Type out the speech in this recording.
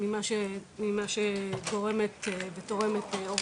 מבחינת פליטות,